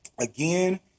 again